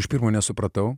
iš pirmo nesupratau